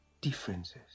differences